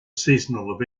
seasonal